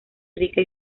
rica